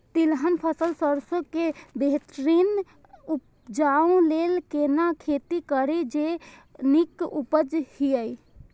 तिलहन फसल सरसों के बेहतरीन उपजाऊ लेल केना खेती करी जे नीक उपज हिय?